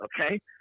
Okay